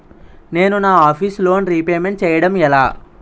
నేను నా office loan repayment చేయడం ఎలా?